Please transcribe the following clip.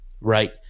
right